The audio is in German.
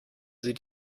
sie